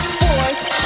force